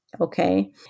Okay